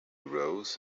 rose